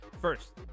First